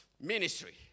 ministry